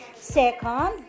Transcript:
Second